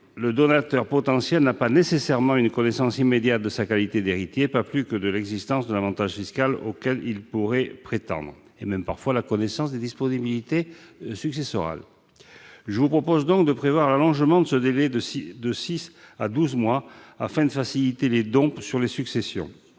le donateur potentiel n'a pas nécessairement une connaissance immédiate de sa qualité d'héritier, de l'existence de l'avantage fiscal auquel il peut prétendre ou même, parfois, des disponibilités successorales. Je propose donc de prévoir l'allongement de ce délai de six à douze mois afin de faciliter les dons sur les successions.